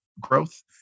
Growth